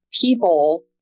people